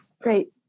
Great